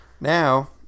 Now